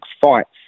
Fights